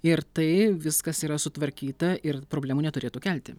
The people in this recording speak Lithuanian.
ir tai viskas yra sutvarkyta ir problemų neturėtų kelti